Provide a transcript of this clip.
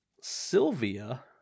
Sylvia